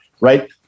right